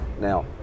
Now